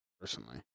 personally